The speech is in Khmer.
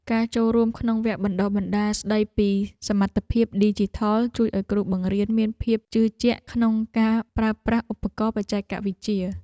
ការចូលរួមក្នុងវគ្គបណ្តុះបណ្តាលស្តីពីសមត្ថភាពឌីជីថលជួយឱ្យគ្រូបង្រៀនមានភាពជឿជាក់ក្នុងការប្រើប្រាស់ឧបករណ៍បច្ចេកវិទ្យា។